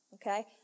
Okay